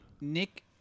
Nick